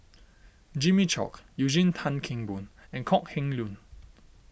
Jimmy Chok Eugene Tan Kheng Boon and Kok Heng Leun